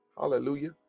Hallelujah